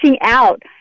out –